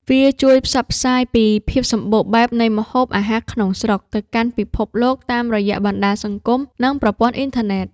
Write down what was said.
វាជួយផ្សព្វផ្សាយពីភាពសម្បូរបែបនៃម្ហូបអាហារក្នុងស្រុក ទៅកាន់ពិភពលោកតាមរយៈបណ្ដាញសង្គម និងប្រព័ន្ធអ៊ីនធឺណិត។